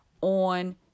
on